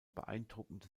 beeindruckende